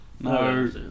No